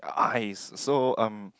eyes so um